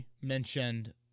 mentioned